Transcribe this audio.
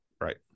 Right